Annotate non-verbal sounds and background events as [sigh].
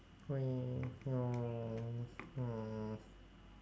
[noise] no hmm